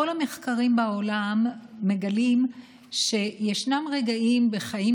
כל המחקרים בעולם מגלים שיש רגעים בחיים